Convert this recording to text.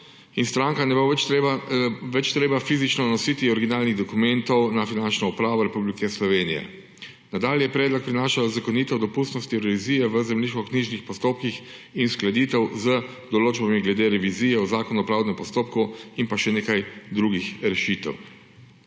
strankam ne bo več treba fizično nositi originalnih dokumentov na Finančno upravo Republike Slovenije. Nadalje predlog prinaša zakonito dopustnost revizije v zemljiškoknjižnih postopkih in uskladitev z določbami glede revizije v Zakonu o pravdnem postopku in še nekaj drugih rešitev.